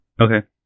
Okay